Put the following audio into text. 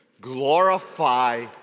Glorify